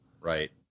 right